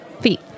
feet